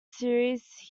series